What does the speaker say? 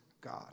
God